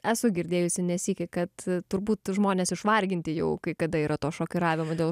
esu girdėjusi ne sykį kad turbūt žmonės išvarginti jau kai kada yra to šokiravimo dėl